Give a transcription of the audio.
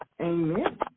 Amen